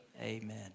Amen